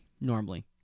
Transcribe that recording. normally